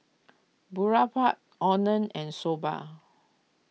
Boribap Oden and Soba